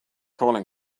calling